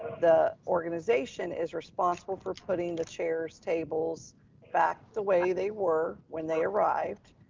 the organization is responsible for putting the chairs, tables back the way they were when they arrived,